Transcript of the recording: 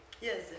Yes